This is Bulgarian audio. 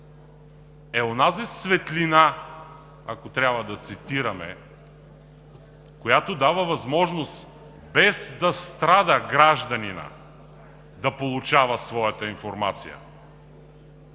е онази светлина, ако трябва да цитираме, която дава възможност без да страда гражданинът, да получава своята информация.